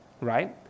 right